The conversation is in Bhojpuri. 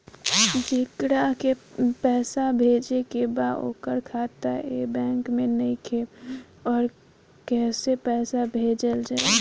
जेकरा के पैसा भेजे के बा ओकर खाता ए बैंक मे नईखे और कैसे पैसा भेजल जायी?